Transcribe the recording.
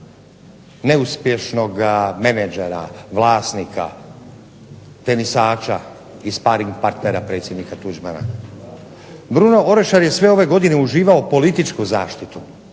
neuspješnoga menadžera, vlasnika, tenisača i sparing partnera predsjednika Tuđmana. Bruno Orešar je sve ove godine uživao političku zaštitu,